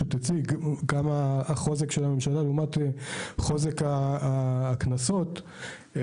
המשוואה בין חוזק הממשלה ביחס לחוזק הכנסות ,